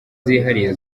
zihariye